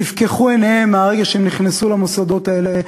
נפקחו עיניהם מהרגע שהם נכנסו למוסדות האלה,